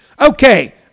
Okay